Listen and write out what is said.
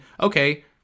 okay